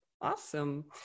Awesome